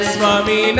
Swami